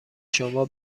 شما